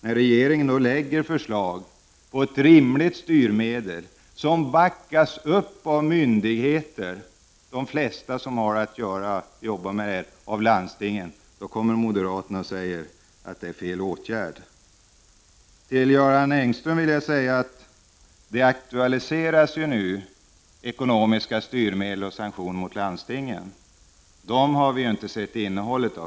När regeringen lägger fram förslag på ett rimligt styrmedel, som backas upp av de 89 flesta myndigheter som har att göra med detta och av landstingen, kommer moderatena och säger att det är fel åtgärd. Till Göran Engström vill jag säga att det nu aktualiseras ekonomiska styrmedel och sanktioner mot landstingen. Dessa har vi inte sett innehållet i.